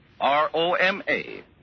R-O-M-A